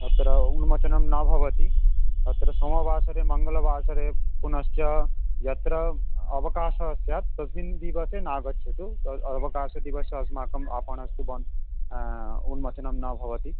अत्र उन्मोचनं न भवति अत्र सोमवासरे मङ्गलवासरे पुनश्च यत्र अवकाशः स्यात् तस्मिन् दिवसे नागच्छतु अवकासदिवसे अस्माकम् आपणं तु बन्द् उन्मोचनं न भवति